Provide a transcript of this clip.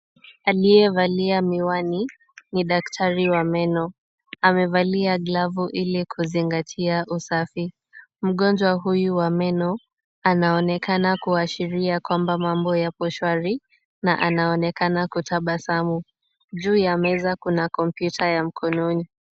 Aliyevalia miwani ni daktari wa meno. Amevalia glavu ili kuzingatia usafi. Mgonjwa huyu wa meno anaonekana kuashiria kwamba mambo yapo shwari na anaonekana kutabasamu. Juu ya meza kuna kompyuta ya mkononi.